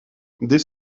dès